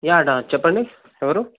yeah అన్న చెప్పండి ఎవరు